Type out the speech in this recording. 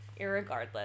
irregardless